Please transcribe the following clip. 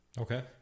Okay